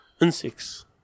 insects